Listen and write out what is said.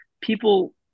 people